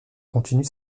continue